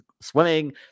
swimming